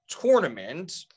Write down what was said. tournament